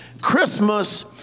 Christmas